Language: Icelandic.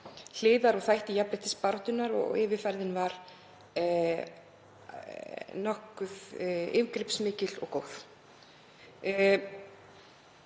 hliðar og þætti jafnréttisbaráttunnar og yfirferðin var nokkuð yfirgripsmikil og góð.